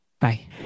Bye